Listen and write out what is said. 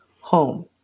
home